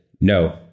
no